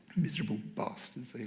miserable bastards, they